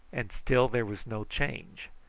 and still there was no change.